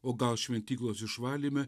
o gal šventyklos išvalyme